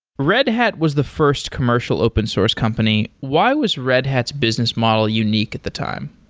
red hat was the first commercial open source company. why was red hat's business model unique at the time?